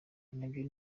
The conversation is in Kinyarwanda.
nabyo